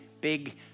big